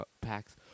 packs